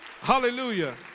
Hallelujah